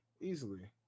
easily